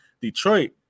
Detroit